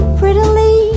prettily